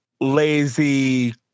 lazy